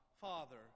Father